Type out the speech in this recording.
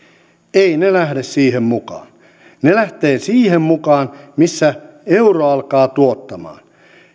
eivät ne lähde siihen mukaan ne lähtevät siihen mukaan missä euro alkaa tuottamaan